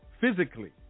Physically